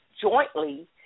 jointly